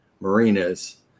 marinas